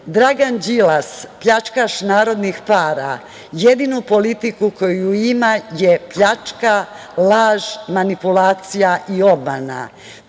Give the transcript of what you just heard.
organa. Dragan Đilas, pljačkaš narodnih para, jedinu politiku koju ima je pljačka, laž, manipulacija i obmana.